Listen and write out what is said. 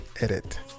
edit